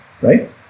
Right